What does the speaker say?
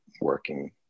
working